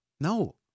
No